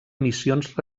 emissions